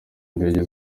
indege